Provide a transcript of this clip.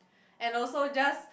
and also just